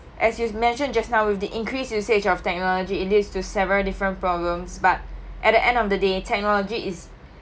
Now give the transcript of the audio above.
as you mentioned just now with the increase usage of technology it leads to several different problems but at the end of the day technology is